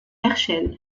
herschel